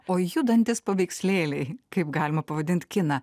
o judantys paveikslėliai kaip galima pavadint kiną